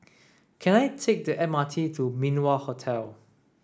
can I take the M R T to Min Wah Hotel